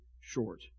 short